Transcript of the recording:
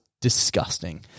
disgusting